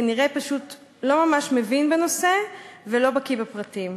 כנראה פשוט לא ממש מבין בנושא ולא בקי בפרטים.